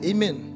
Amen